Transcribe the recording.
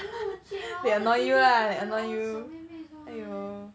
no legit all the D_B girl all 小妹妹 [one]